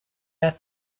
met